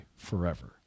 forever